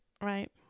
right